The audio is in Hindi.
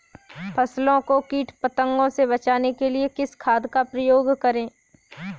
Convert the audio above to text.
फसलों को कीट पतंगों से बचाने के लिए किस खाद का प्रयोग करें?